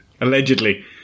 Allegedly